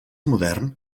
modern